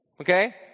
Okay